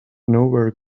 nowhere